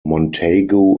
montagu